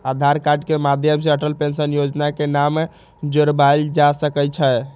आधार card के माध्यम से अटल पेंशन जोजना में नाम जोरबायल जा सकइ छै